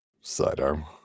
sidearm